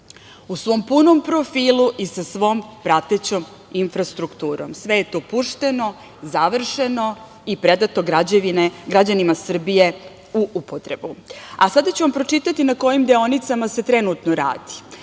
u svom punom profilu i sa svom pratećom infrastrukturom. Sve je to pušteno, završeno i predato građanima Srbije u upotrebu. Sada ću vam pročitati na kojim deonicama se trenutno radi,